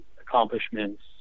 accomplishments